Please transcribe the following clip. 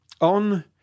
On